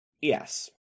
Yes